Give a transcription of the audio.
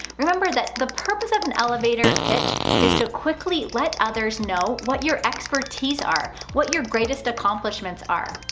remember that the purpose of an elevator pitch is to quickly let others know what your expertise are, what your greatest accomplishments are.